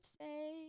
say